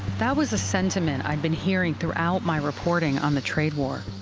that was a sentiment i'd been hearing throughout my reporting on the trade war.